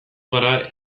gara